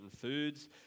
foods